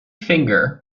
finger